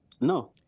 No